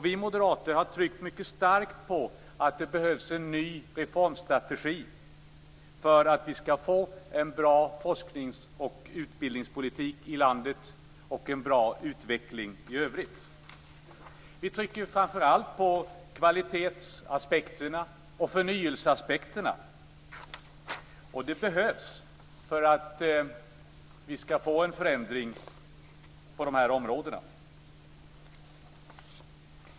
Vi moderater har mycket starkt tryckt på att det behövs en ny reformstrategi för att vi skall få en bra forsknings och utbildningspolitik i landet samt en bra utveckling i övrigt. Vi trycker framför allt på kvalitets-och förnyelseaspekterna. Det behövs för att det skall bli en förändring på de här områdena.